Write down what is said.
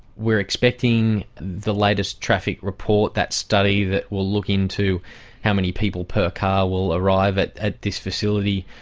we're expecting the latest traffic report, that study that will look into how many people per car will arrive at at this facility,